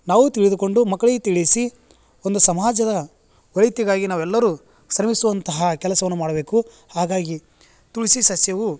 ನಾವೂ ತಿಳಿದುಕೊಂಡು ಮಕ್ಕಳಿಗೆ ತಿಳಿಸಿ ಒಂದು ಸಮಾಜದ ಒಳಿತಿಗಾಗಿ ನಾವೆಲ್ಲರೂ ಶ್ರಮಿಸುವಂತಹ ಕೆಲಸವನ್ನು ಮಾಡಬೇಕು ಹಾಗಾಗಿ ತುಳಸಿ ಸಸ್ಯವು